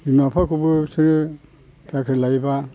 बिमा बिफाखौबो बिसोरो साख्रि लायोब्ला